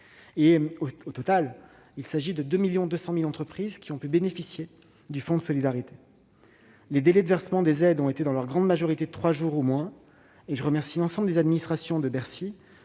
Au total, quelque 2,2 millions d'entreprises ont pu bénéficier du fonds de solidarité. Les délais de versement des aides ont été, dans leur grande majorité, de trois jours ou moins. J'en profite pour remercier l'ensemble des administrations de Bercy,